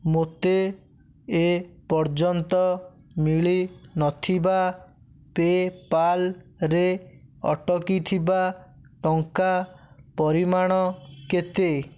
ମୋତେ ଏ ପର୍ଯ୍ୟନ୍ତ ମିଳି ନଥିବା ପେପାଲ୍ ରେ ଅଟକି ଥିବା ଟଙ୍କା ପରିମାଣ କେତେ